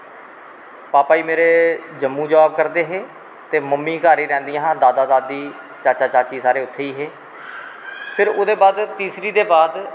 भापा जी मेरे जम्मू जॉव करदे हे ते मम्मी घर ही रैंह्दियां हां दादा दादी चाचा चाची सारे उत्थें ई हे फिर ओह्दे बाद तीसरी दे बाद